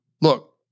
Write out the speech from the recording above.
look